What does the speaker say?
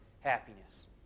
happiness